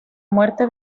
muerte